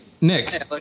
Nick